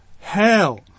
hell